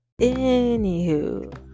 Anywho